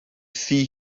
thŷ